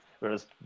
Whereas